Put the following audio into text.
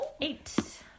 Eight